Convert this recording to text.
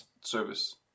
service